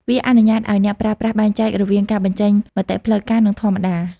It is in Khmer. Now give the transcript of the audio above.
វាអនុញ្ញាតឱ្យអ្នកប្រើប្រាស់បែងចែករវាងការបញ្ចេញមតិផ្លូវការ និងធម្មតា។